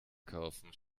kaufen